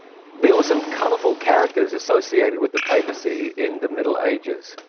there were some colorful characters associated with the papacy in the middle ages.